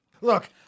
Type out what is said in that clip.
look